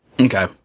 Okay